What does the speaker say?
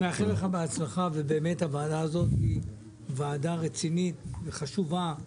ובאמת שהוועדה הזאת היא ועדה רצינית וחשובה,